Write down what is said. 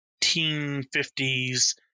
1950s